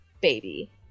baby